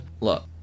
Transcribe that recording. look